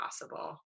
possible